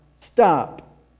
stop